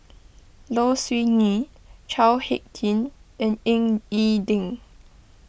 Low Siew Nghee Chao Hick Tin and Ying E Ding